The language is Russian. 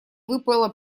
выпала